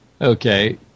Okay